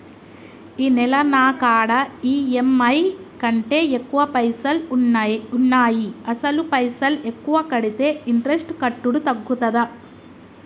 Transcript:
ఈ నెల నా కాడా ఈ.ఎమ్.ఐ కంటే ఎక్కువ పైసల్ ఉన్నాయి అసలు పైసల్ ఎక్కువ కడితే ఇంట్రెస్ట్ కట్టుడు తగ్గుతదా?